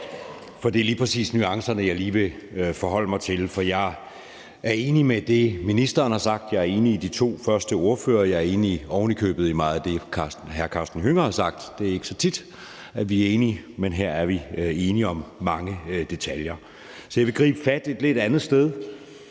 og det er lige præcis nuancerne, jeg vil forholde mig til. For jeg er enig i det, ministeren har sagt. Jeg er enig med de to første ordførere. Jeg er oven i købet enig i meget af det, hr. Karsten Hønge har sagt. Det er ikke så tit, vi er enige, men her er vi enige om mange detaljer. Så jeg vil gribe fat i et andet sted,